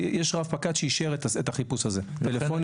יש רב פקד שאישר את החיפוש הזה טלפונית,